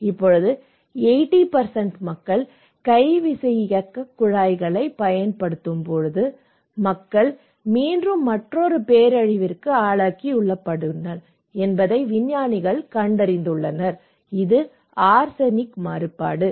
இப்போது 80 மக்கள் கை விசையியக்கக் குழாய்களைப் பயன்படுத்தும்போது மக்கள் இப்போது மீண்டும் மற்றொரு பேரழிவிற்கு ஆளாகியுள்ளனர் என்பதை விஞ்ஞானிகள் உணர்ந்தனர் இது ஆர்சனிக் மாசுபாடு